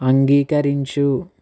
అంగీకరించు